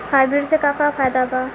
Hybrid से का का फायदा बा?